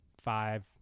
five